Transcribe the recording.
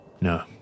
No